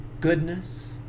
goodness